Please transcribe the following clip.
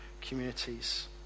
communities